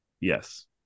Yes